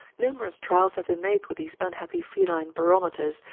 numerous trials have been made with these unhappy feline barometers,